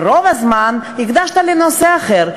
ורוב הזמן הקדשת לנושא אחר,